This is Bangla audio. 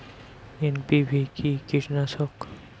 এন.পি.ভি কি কীটনাশক?